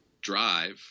drive